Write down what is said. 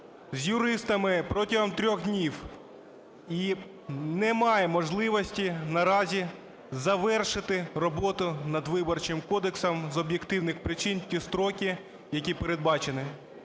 з юристами протягом 3 днів і немає можливості наразі завершити роботу над Виборчим кодексом з об'єктивних причин в ті строки, які передбачені.